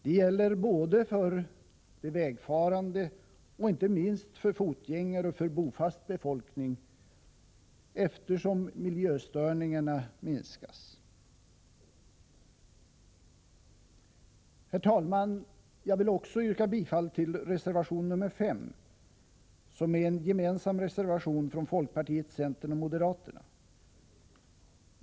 Det gäller både för de vägfarande och inte minst för fotgängare och för bofast befolkning, eftersom miljöstörningarna minskas. Herr talman! Jag vill också yrka bifall till reservation nr 5, som är en gemensam reservation från folkpartiet, centern och moderaterna.